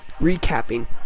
recapping